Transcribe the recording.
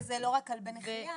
שזה לא רק כלבי נחייה.